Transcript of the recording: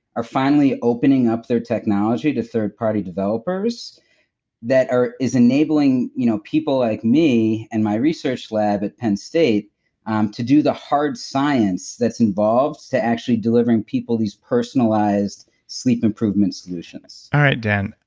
are finally opening up their technology to third party developers that is enabling you know people like me and my research lab at penn state um to do the hard science that's involved to actually delivering people these personalized sleep improvement solutions all right, dan.